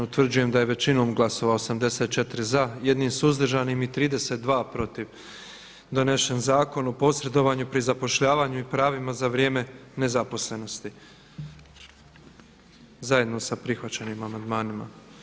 Utvrđujem da je većinom glasova, 84 za, 1 suzdržanim i 32 protiv donesen Zakon o posredovanju pri zapošljavanju i pravima za vrijeme nezaposlenosti zajedno sa prihvaćenim amandmanima.